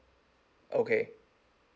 okay